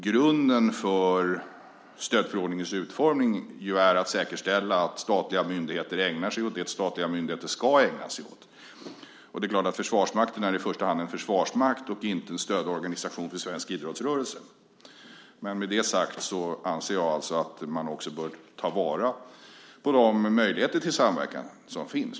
Grunden för stödförordningen är att man vill säkerställa att statliga myndigheter ägnar sig åt det de ska. Försvarsmakten är i första hand en försvarsmakt och inte en stödorganisation för svensk idrottsrörelse. Men jag anser att man ändå bör ta vara på de möjligheter till samverkan som finns.